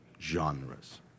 genres